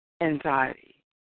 Anxiety